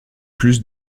plus